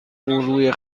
روی